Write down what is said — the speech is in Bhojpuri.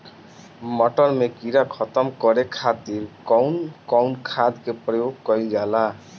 मटर में कीड़ा खत्म करे खातीर कउन कउन खाद के प्रयोग कईल जाला?